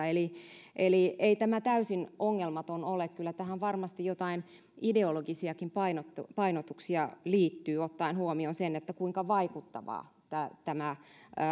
eli eli ei tämä täysin ongelmaton ole ja kyllä tähän varmasti jotain ideologisiakin painotuksia painotuksia liittyy ottaen huomioon sen kuinka vaikuttava tämä tämä